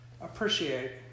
appreciate